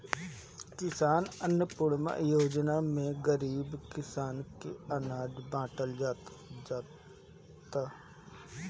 किसान अन्नपूर्णा योजना में गरीब किसान के अनाज बाटल जाता